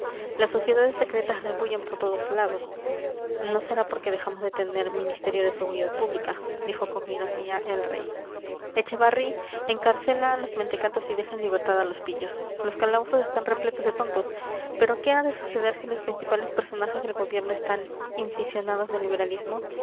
las sociedades secretas rebullen por todos lados no será porque dejamos de tener ministerio de seguridad pública dijo con ironía el rey echevarri encarcela a los mentecatos y deja en libertad a los pillos los calabozos están repletos de tontos pero qué ha de suceder si los principales personajes del gobierno están inficionados de liberalismo